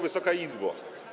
Wysoka Izbo!